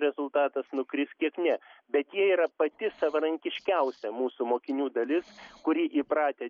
rezultatas nukris kiek ne bet jie yra pati savarankiškiausia mūsų mokinių dalis kuri įpratę